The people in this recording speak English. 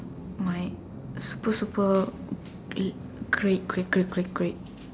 my super super great great great great great great